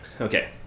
Okay